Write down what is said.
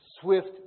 swift